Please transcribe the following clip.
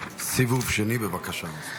סיבוב שני, בבקשה.